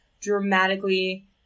dramatically